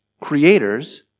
Creators